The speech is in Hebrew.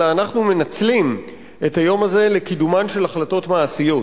אלא אנחנו מנצלים את היום הזה לקידומן של החלטות מעשיות,